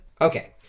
okay